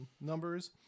numbers